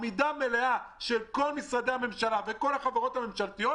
עמידה מלאה של כל משרדי הממשלה וכל החברות הממשלתיות